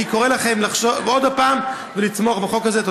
אני קורא לכם לחשוב עוד פעם ולתמוך בחוק הזה.